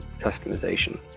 customization